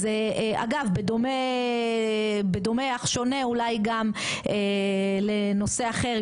אגב בדומה אך שונה אולי גם לנושא אחר אולי גם לנושא אחר,